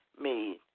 made